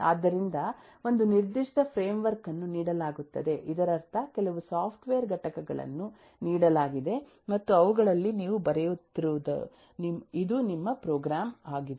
ಆದ್ದರಿಂದ ಒಂದು ನಿರ್ದಿಷ್ಟ ಫ್ರೇಮ್ ವರ್ಕ್ ಅನ್ನು ನೀಡಲಾಗುತ್ತದೆ ಇದರರ್ಥ ಕೆಲವು ಸಾಫ್ಟ್ವೇರ್ ಘಟಕಗಳನ್ನು ನೀಡಲಾಗಿದೆ ಮತ್ತು ಅವುಗಳಲ್ಲಿ ನೀವು ಬರೆಯುತ್ತಿರುವುದು ಇದು ನಿಮ್ಮ ಪ್ರೋಗ್ರಾಂ ಆಗಿದೆ